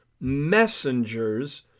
messengers